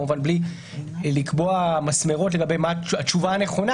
כמובן בלי לקבוע מסמרות לגבי מה התשובה הנכונה,